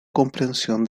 comprensión